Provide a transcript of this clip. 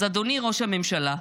אז אדוני ראש הממשלה,